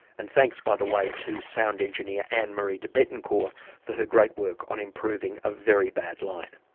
and thanks by the way to sound engineer anne-marie debettencor for her great work on improving a very bad line.